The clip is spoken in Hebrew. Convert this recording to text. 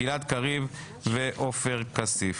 גלעד קריב ועופר כסיף.